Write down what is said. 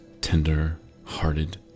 tender-hearted